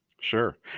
Sure